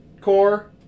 core